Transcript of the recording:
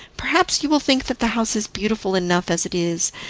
perhaps you will think that the house is beautiful enough as it is,